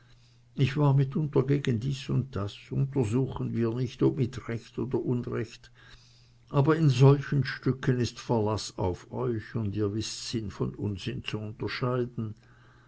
ich war mitunter gegen dies und das untersuchen wir nicht ob mit recht oder unrecht aber in solchen stücken ist verlaß auf euch und ihr wißt sinn von unsinn zu unterscheiden